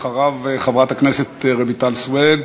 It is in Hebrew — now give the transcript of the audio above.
אחריו, חברת הכנסת רויטל סויד.